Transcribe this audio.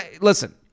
listen